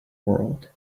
world